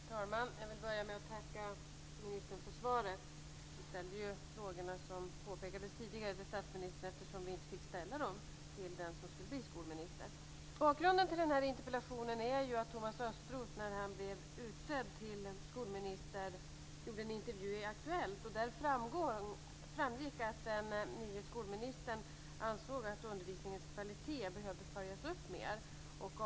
Fru talman! Jag vill börja med att tacka ministern för svaret. Som påpekades tidigare ställde vi frågorna till statsministern eftersom vi inte fick ställa dem till den som skulle bli skolminister. Bakgrunden till interpellationen är att Thomas Östros när han blev utsedd till skolminister medverkade i en intervju i Aktuellt. Där framgick att den nye skolministern ansåg att undervisningens kvalitet behövde följas upp mer.